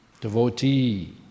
devotee